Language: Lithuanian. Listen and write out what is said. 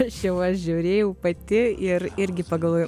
aš jau aš žiūrėjau pati ir irgi pagalvojau